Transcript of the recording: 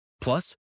Plus